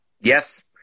Yes